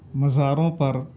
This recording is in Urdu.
مزاروں پر